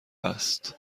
هست